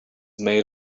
made